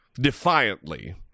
defiantly